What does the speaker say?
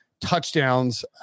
touchdowns